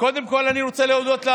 קודם כול אני רוצה להודות,